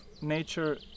nature